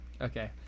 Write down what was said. Okay